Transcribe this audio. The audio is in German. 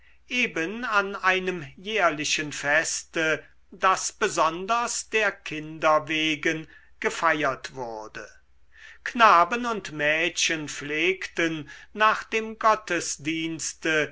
eben an einem jährlichen feste das besonders der kinder wegen gefeiert wurde knaben und mädchen pflegten nach dem gottesdienste